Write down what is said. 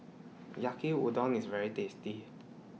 Yaki Udon IS very tasty